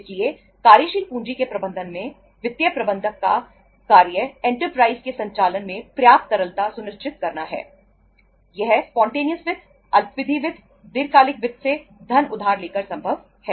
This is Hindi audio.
इसलिए कार्यशील पूंजी के प्रबंधन में वित्तीय प्रबंधक का कार्य एंटरप्राइज वित्त अल्पावधि वित्त दीर्घकालिक वित्त से धन उधार लेकर संभव है